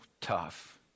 tough